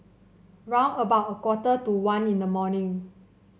round about a quarter to one in the morning